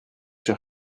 vous